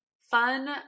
fun